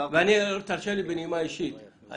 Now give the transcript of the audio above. תרשה לי בנימה אישית,